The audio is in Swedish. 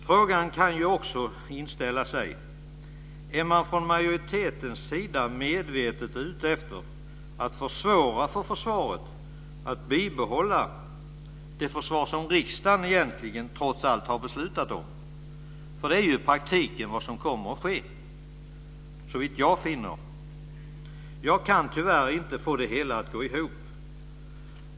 Frågan kan också inställa sig om man från majoritetens sida medvetet är ute efter att försvåra för försvaret att bibehålla det försvar som riksdagen trots allt har beslutat om. Det är i praktiken vad som kommer att ske, såvitt jag finner. Jag kan tyvärr inte få det hela att gå ihop.